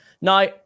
Now